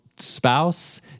Spouse